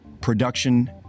production